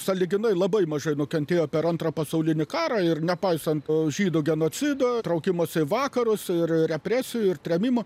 sąlyginai labai mažai nukentėjo per antrą pasaulinį karą ir nepaisant žydų genocido traukimosi į vakarus ir represijų ir trėmimo